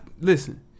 Listen